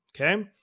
Okay